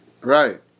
right